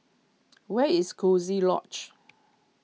where is Coziee Lodge